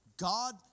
God